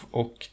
och